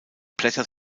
blätter